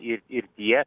ir ir tie